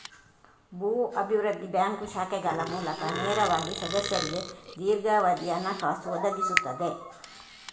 ಭೂ ಅಭಿವೃದ್ಧಿ ಬ್ಯಾಂಕ್ ಶಾಖೆಗಳ ಮೂಲಕ ನೇರವಾಗಿ ಸದಸ್ಯರಿಗೆ ದೀರ್ಘಾವಧಿಯ ಹಣಕಾಸು ಒದಗಿಸುತ್ತದೆ